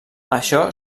això